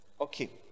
okay